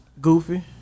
Goofy